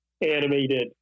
animated